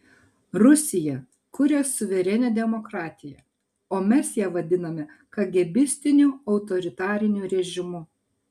rusija kuria suverenią demokratiją o mes ją vadiname kagėbistiniu autoritariniu režimu